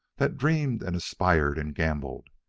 that dreamed and aspired and gambled,